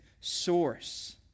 source